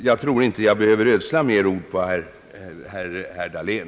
Jag tror inte att jag behöver ödsla fler ord på herr Dahlén.